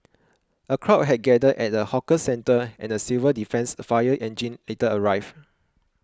a crowd had gathered at the hawker centre and a civil defence fire engine later arrived